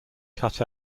cut